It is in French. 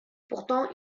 pourtant